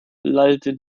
lallte